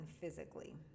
physically